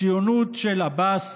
ציונות של עבאס